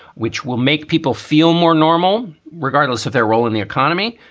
which will make people feel more normal regardless of their role in the economy.